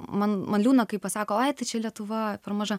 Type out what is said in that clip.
man man liūdna kai pasako ai tai čia lietuva per maža